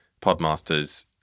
Podmasters